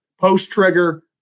post-trigger